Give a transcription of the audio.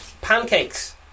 Pancakes